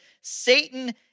Satan